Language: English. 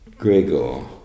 Grigor